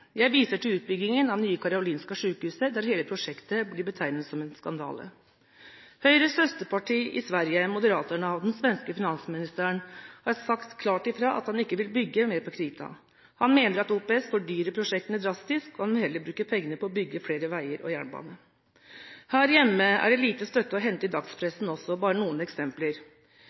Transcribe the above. Jeg viser til utbyggingen av Nya Karolinska Solna, der hele prosjektet blir betegnet som en skandale. Høyres søsterparti i Sverige, Moderaterna, og den svenske finansministeren har sagt klart fra om at de ikke vil bygge mer på krita. Finansministeren mener at OPS fordyrer prosjektene drastisk, og han vil heller bruke pengene på å bygge flere veier og jernbane. Her hjemme er det lite støtte å hente også i dagspressen. Jeg vil bare gi noen eksempler.